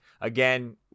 again